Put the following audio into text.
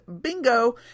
bingo